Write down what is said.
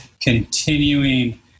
continuing